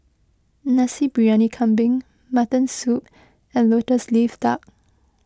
Nasi Briyani Kambing Mutton Soup and Lotus Leaf Duck